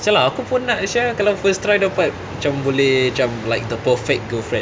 [sial] lah aku pun nak sia kalau first try dapat macam boleh cam like the perfect girlfriend